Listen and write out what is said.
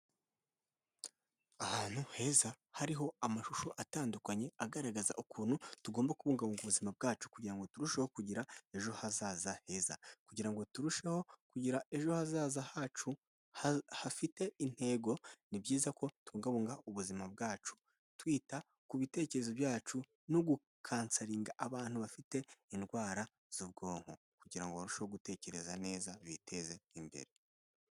Ahantu heza hariho amashusho atandukanye agaragaza ukuntu tugomba kubungabunga ubuzima bwacu kugira ngo turusheho kugira ejo hazaza heza, kugira ngo turusheho kugira ejo hazaza hacu hafite intego ni byiza kobungabunga ubuzima bwacu, twita ku bitekerezo byacu no gukansaringa abantu bafite indwara z'ubwonko kugira ngo barusheho gutekereza neza biteze imbere.